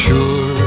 Sure